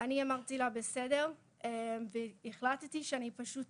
אני אמרתי לה בסדר והחלטתי שאני פשוט